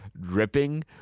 dripping